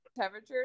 temperature